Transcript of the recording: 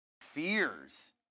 fears